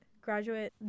graduate